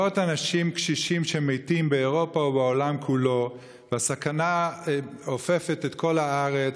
מאות אנשים קשישים שמתים באירופה ובעולם כולו והסכנה אופפת את כל הארץ.